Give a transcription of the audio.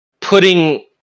putting